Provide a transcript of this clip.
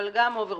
אבל גם הוברבורד.